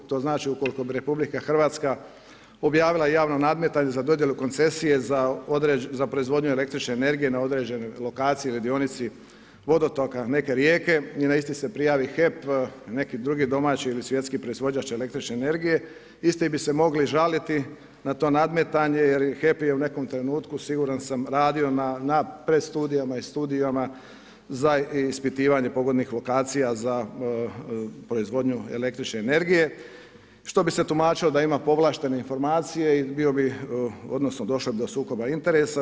To znači, ukoliko bi RH objavila javno nadmetanje za dodjelu koncesije za proizvodnju električne energije na određenoj lokaciji, dionici vodotoka neke rijeke i na isti se prijavi HEP, neki drugi domaći ili svjetski proizvođač električne energije, isti bi se mogli žaliti na to nadmetanje jer HEP je nekom trenutku, siguran sam, radio na predstudijama i studijama za ispitivanje pogodnih lokacija za proizvodnju električne energije, što bi se tumačilo da ima povlaštene informacije i bio bi, odnosno došlo bi do sukoba interesa.